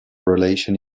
relation